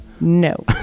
No